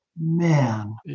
man